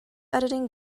editing